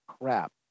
crap